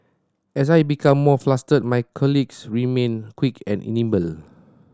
as I became more flustered my colleagues remained quick and nimble